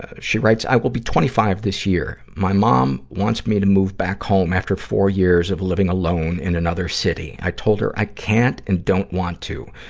ah she writes, i will be twenty five this year. my mom wants me to move back home after four years of living alone in another city. i told her i can't and don't want to.